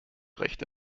rechte